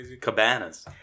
Cabanas